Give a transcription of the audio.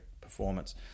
performance